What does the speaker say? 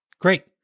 Great